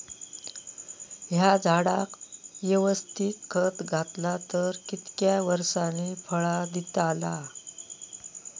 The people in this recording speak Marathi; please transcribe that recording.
हया झाडाक यवस्तित खत घातला तर कितक्या वरसांनी फळा दीताला?